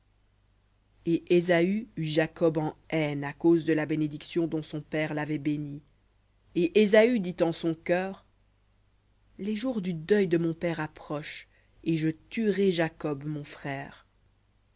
et ésaü eut jacob en haine à cause de la bénédiction dont son père l'avait béni et ésaü dit en son cœur les jours du deuil de mon père approchent et je tuerai jacob mon frère